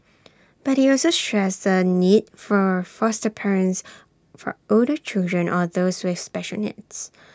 but he also stressed the need for foster parents for older children or those with special needs